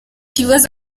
ikibazo